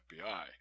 FBI